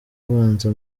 abanza